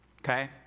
okay